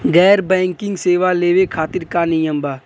गैर बैंकिंग सेवा लेवे खातिर का नियम बा?